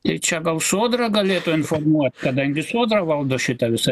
tai čia gal sodra galėtų informuot kadangi sodra valdo šitą visą